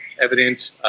evidence